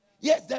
Yes